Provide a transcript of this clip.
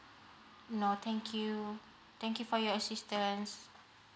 no thank you thank you for your assistance